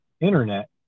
internet